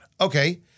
Okay